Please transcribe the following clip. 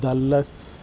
Dallas